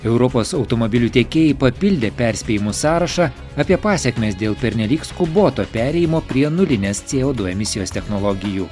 europos automobilių tiekėjai papildė perspėjimų sąrašą apie pasekmes dėl pernelyg skuboto perėjimo prie nulinės c o du emisijos technologijų